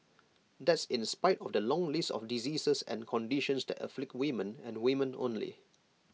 that's in spite of the long list of diseases and conditions that afflict women and women only